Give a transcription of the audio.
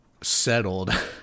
settled